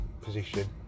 position